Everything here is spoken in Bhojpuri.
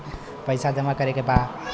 पैसा जमा करे के बा?